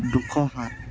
দুশ সাত